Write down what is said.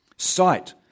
Sight